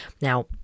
Now